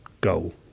goal